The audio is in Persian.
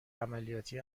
عملیاتی